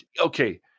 okay